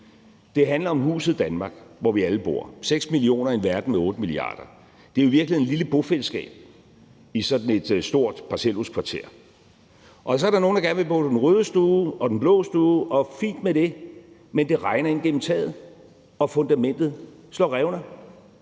det handler om huset Danmark, hvor vi alle bor – 6 millioner mennesker i en verden med 8 milliarder mennesker. Det er jo i virkeligheden et lille bofællesskab i sådan et stort parcelhuskvarterer. Så er der nogle, der gerne vil bo på den røde stue, og andre, der gerne vil bo på den blå stue, og fint med det, men det regner ind gennem taget, og fundamentet slår revner.